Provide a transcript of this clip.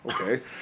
Okay